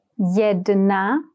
jedna